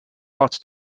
arts